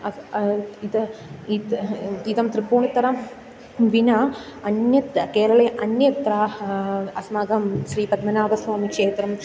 अतः इतः इतः इदं त्रिपूणितरां विना अन्यत् केरळे अन्यत्र अस्माकं श्रीपद्मनाभस्वामि क्षेत्रं